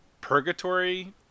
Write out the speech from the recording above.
purgatory